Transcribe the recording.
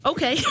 Okay